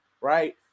right